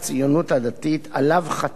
שעליו חתם גם הרב אליהו,